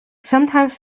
sometimes